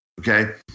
Okay